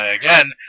again